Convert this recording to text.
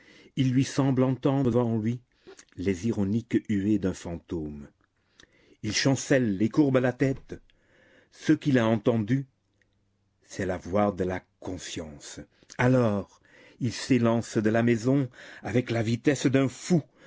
il lui semble entendre devant lui les ironiques huées d'un fantôme il chancelle et courbe la tête ce qu'il a entendu c'est la voix de la conscience alors il s'élance de la maison avec la vitesse d'un fou